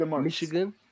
Michigan